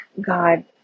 God